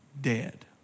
Dead